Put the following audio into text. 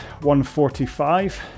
145